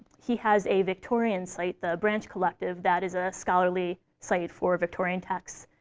he has a victorian site, the branch collective, that is a scholarly site for victorian texts.